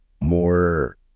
more